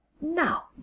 now